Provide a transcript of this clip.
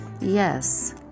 Yes